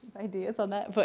ideas on that? but